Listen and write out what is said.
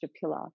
pillar